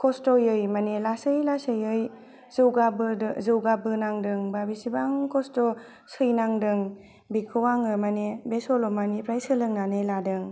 खस्थ'यै मानि लासै लासैयै जौगाबोदों जौगाबोनांदों बा बेसेबां खस्थ' सैनांदों बेखौ आङो मानि बे सल'मानिफ्राय सोलोंनानै लादों